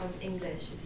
English